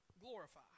Glorify